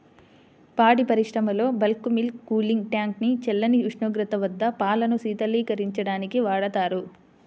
పాడి పరిశ్రమలో bulk milk cooling tank ని చల్లని ఉష్ణోగ్రత వద్ద పాలను శీతలీకరించడానికి వాడతారు